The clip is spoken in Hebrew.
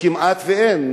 כמעט אין,